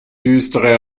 düstere